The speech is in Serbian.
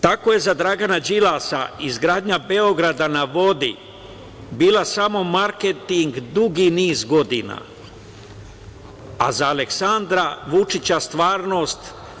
Tako je za Dragana Đilasa izgradnja Beograda na vodi bila samo marketing dugi niz godina, a za Aleksandra Vučića stvarnost.